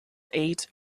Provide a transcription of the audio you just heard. eight